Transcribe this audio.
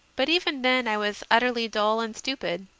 but even then i was utterly dull and stupid.